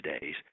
days